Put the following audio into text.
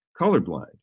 colorblind